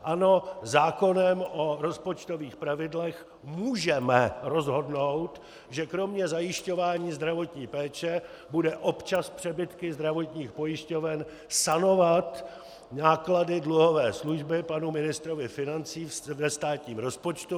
Ano, zákonem o rozpočtových pravidlech můžeme rozhodnout, že kromě zajišťování zdravotní péče bude občas přebytky zdravotních pojišťoven sanovat náklady dluhové služby panu ministrovi financí ve státním rozpočtu.